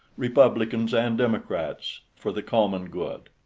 republicans and democrats, for the common good.